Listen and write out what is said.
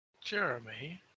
Jeremy